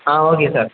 ah okay sir